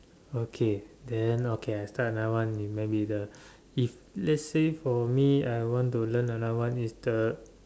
okay then okay I start another one maybe the if let's say for me I want to learn another one is the